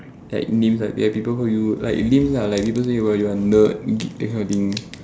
like names like there are people who like names lah like people say like you are a nerd geek that kind of thing